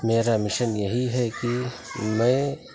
میرا مشن یہی ہے کہ میں